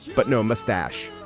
but no moustache.